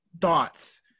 thoughts